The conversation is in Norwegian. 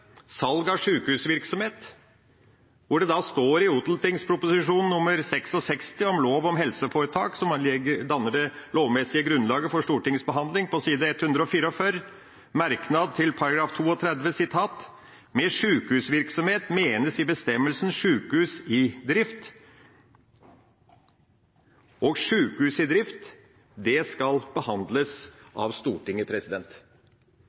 Salg av sykehusvirksomhet, og det står i Ot.prp. nr. 66 for 2000–2001 om lov om helseforetak, som danner det lovmessige grunnlaget for Stortingets behandling, på side 215: «Merknad til § 32 Med «sykehusvirksomhet» menes i bestemmelsen sykehus i drift.» Og sykehus i drift skal